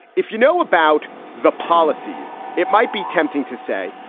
if you know about the policies, it might be tempting to say,